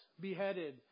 beheaded